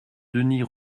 denys